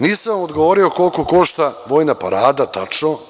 Nisam vam odgovorio koliko košta vojna parada tačno.